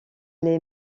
les